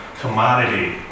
commodity